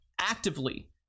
actively